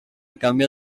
canvia